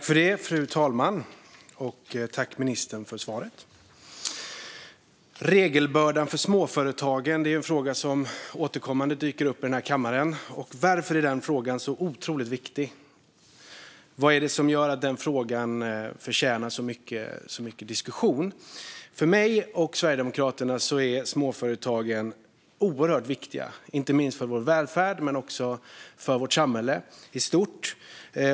Fru talman! Tack för svaret, ministern! Regelbördan för småföretagen är en fråga som återkommande dyker upp här i kammaren. Varför är den frågan så otroligt viktig? Vad är det som gör att frågan förtjänar så mycket diskussion? För mig och Sverigedemokraterna är småföretagen oerhört viktiga, inte minst för vår välfärd men också för vårt samhälle i stort.